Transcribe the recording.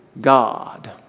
God